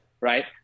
right